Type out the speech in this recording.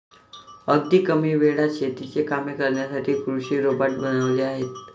अगदी कमी वेळात शेतीची कामे करण्यासाठी कृषी रोबोट बनवले आहेत